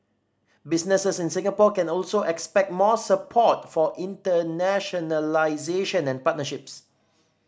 businesses in Singapore can also expect more support for internationalisation and partnerships